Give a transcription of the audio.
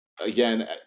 again